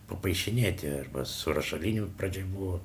papaišinėti arba su rašaliniu pradžioj buvo